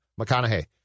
McConaughey